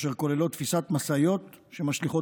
אשר כוללות תפיסת משאיות שמשליכות